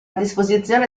disposizione